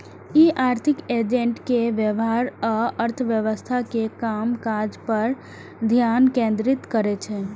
ई आर्थिक एजेंट के व्यवहार आ अर्थव्यवस्था के कामकाज पर ध्यान केंद्रित करै छै